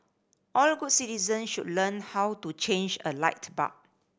all good citizens should learn how to change a light bulb